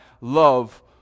love